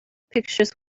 pictures